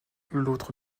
l’autre